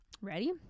ready